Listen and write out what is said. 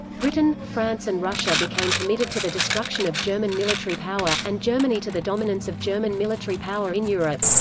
britain, france and russia became committed to the destruction of german military power, and germany to the dominance of german military power in europe.